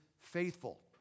faithful